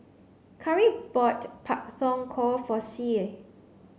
Khari bought Pak Thong Ko for Sie